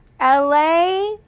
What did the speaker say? la